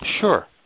Sure